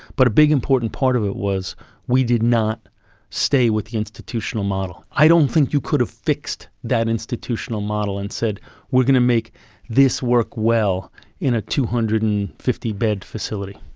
but a big important part of it was we did not stay with the institutional model. i don't think you could have fixed that institutional model and said we are going to make this work well in a two hundred and fifty bed facility.